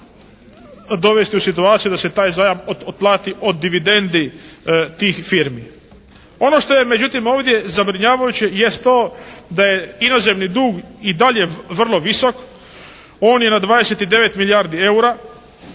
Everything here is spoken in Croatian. dovesti u situaciju da se taj zajam plati od dividendi tih firmi. Ono što je međutim ovdje zabrinjavajuće jest to da je inozemni dug i dalje vrlo visok. On je na 29 milijardi EUR-a.